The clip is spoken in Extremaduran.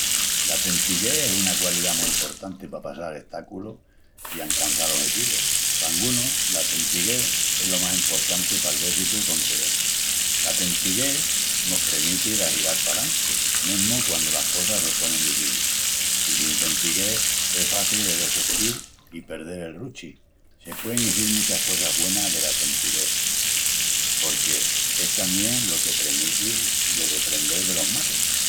La tentigués es una qualidá mu emportanti pa passal estáculus i ancançal ojetivus. Pa angunus, la tentigués es lo más emportanti pal déssitu concedel. La tentigués mos premiti d'ahilal palantri, mesmu quandu las cosas se ponin dificis, i sin tentigués es faci de dessestil i perdel el ruchi. Se puein izil muchas cosas güenas dela tentigués, porque es tamién lo que premiti de deprendel delos marrus.